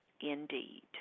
Indeed